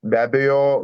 be abejo